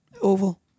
oval